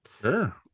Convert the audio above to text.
sure